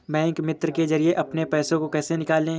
Bank मित्र के जरिए अपने पैसे को कैसे निकालें?